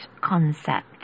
concept